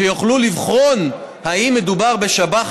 שיוכלו לבחון אם מדובר בשב"ח,